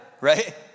right